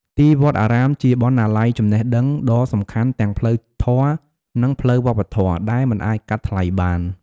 ទីវត្តអារាមជា បណ្ណាល័យចំណេះដឹង ដ៏សំខាន់ទាំងផ្លូវធម៌ និងផ្លូវវប្បធម៌ ដែលមិនអាចកាត់ថ្លៃបាន។